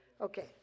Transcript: Okay